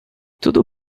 tudo